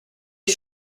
est